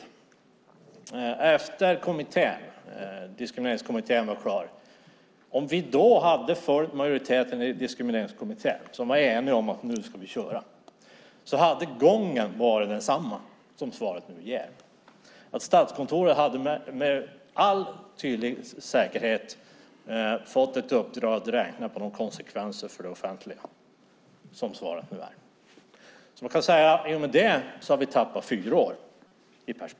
Om vi efter det att Diskrimineringskommittén var klar med sin utredning hade följt majoriteten i Diskrimineringskommittén, som var enig om att nu skulle vi köra, hade gången varit densamma som den som svaret nu ger. Statskontoret hade med all säkerhet fått uppdraget att räkna på konsekvenserna för det offentliga. Man kan säga att vi har tappat fyra år.